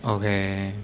okay